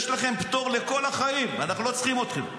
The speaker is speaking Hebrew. יש לכם פטור לכל החיים, אנחנו לא צריכים אתכם.